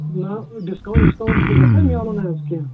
نہ ڈِسکاوُنٛٹ وِسکاوُنٛٹ تہِ گَژھِ نہ ملُن حظ کینٛہہ